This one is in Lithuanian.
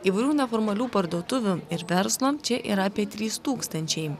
įvairių neformalių parduotuvių ir verslo čia yra apie trys tūkstančiai